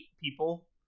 people